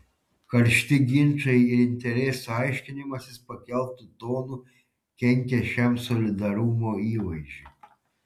karšti ginčai ir interesų aiškinimasis pakeltu tonu kenkia šiam solidarumo įvaizdžiui